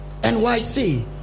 NYC